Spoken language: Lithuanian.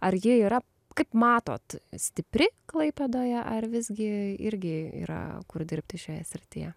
ar jie yra kaip matot stipri klaipėdoje ar visgi irgi yra kur dirbti šioje srityje